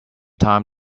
time